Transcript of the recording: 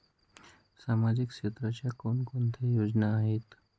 सामाजिक क्षेत्राच्या कोणकोणत्या योजना आहेत?